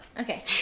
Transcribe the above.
Okay